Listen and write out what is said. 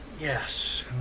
Yes